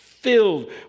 filled